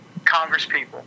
congresspeople